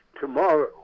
Tomorrow